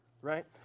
right